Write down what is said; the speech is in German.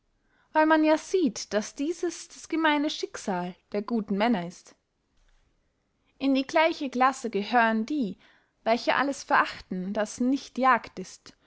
weil man ja sieht daß dieses das gemeine schicksal der guten männer ist in die gleiche classe gehören die welche alles verachten das nicht jagd ist